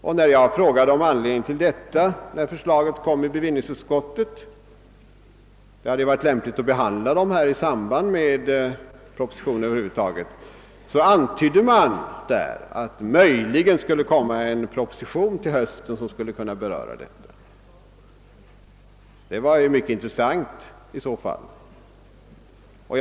När förslaget härom kom till bevillningsutskottet frågade jag om anledningen härtill. Det hade ju varit lämpligt att behandla de motionerna i samband med propositionen. Då antyddes det att det möjligen skulle läggas fram en proposition till hösten, som skulle beröra dessa frågor. Det var en intressant upplysning.